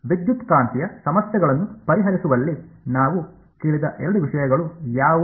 ವಿದ್ಯುತ್ಕಾಂತೀಯ ಸಮಸ್ಯೆಗಳನ್ನು ಪರಿಹರಿಸುವಲ್ಲಿ ನಾವು ಕೇಳಿದ ಎರಡು ವಿಷಯಗಳು ಯಾವುವು